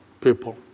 people